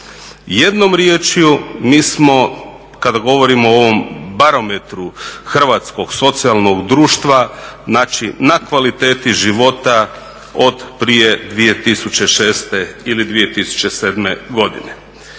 Jednom riječju mi smo kada govorimo o ovom barometru hrvatskog socijalnog društva, znači na kvaliteti života od prije 2006. ili 2007. godine.